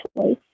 choice